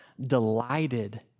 delighted